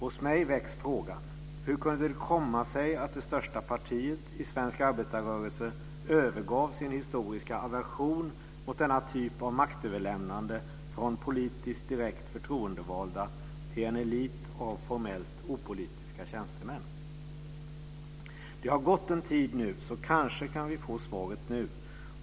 Hos mig väcks frågan: Hur kunde det komma sig att det största partiet i svensk arbetarrörelse övergav sin historiska aversion mot denna typ av maktöverlämnande från politiskt direkt förtroendevalda till en elit av formellt opolitiska tjänstemän? Det har gått en tid nu, så kanske kan vi få svaret nu.